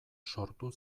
sortu